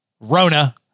Rona